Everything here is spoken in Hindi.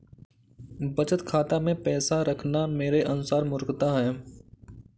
बचत खाता मैं पैसा रखना मेरे अनुसार मूर्खता है